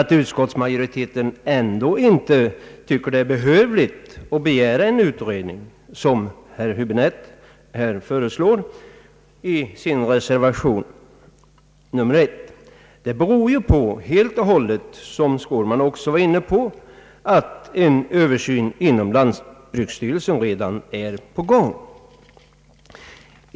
Att utskottsmajoriteten ändå inte anser det behövligt att begära en utredning — vilket herr Häbinette föreslår i sin reservation beror helt och hållet på, som herr Skårman också har påpekat, att en översyn inom lantbruksstyrelsen redan är på gång.